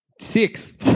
six